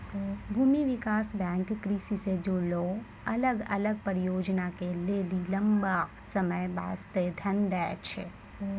भूमि विकास बैंक कृषि से जुड़लो अलग अलग परियोजना के लेली लंबा समय बास्ते धन दै छै